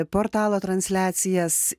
portalo transliacijas